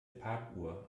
parkuhr